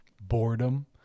boredom